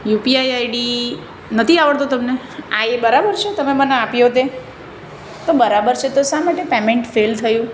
UPI ID નથી આવડતું તમને આ એ બરાબર છે તમે મને આપ્યો તે તો બરાબર છે તો શા માટે પેમેન્ટ ફેલ થયું